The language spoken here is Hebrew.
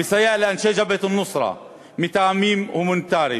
המסייע לאנשי "ג'בהת א-נוסרה" מטעמים הומניטריים.